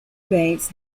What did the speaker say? bates